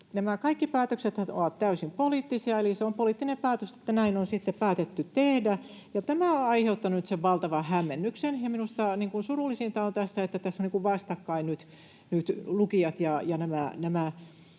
Nämä kaikki päätöksethän ovat täysin poliittisia, eli se on poliittinen päätös, että näin on päätetty tehdä, ja tämä on aiheuttanut nyt sen valtavan hämmennyksen. Minusta surullisinta tässä on, että tässä ovat vastakkain nyt lukijat ja nämä